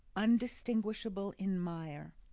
undistinguishable in mire.